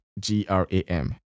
G-R-A-M